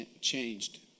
changed